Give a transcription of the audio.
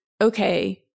okay